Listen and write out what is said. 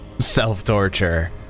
self-torture